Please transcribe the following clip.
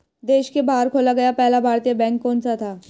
देश के बाहर खोला गया पहला भारतीय बैंक कौन सा था?